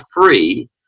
free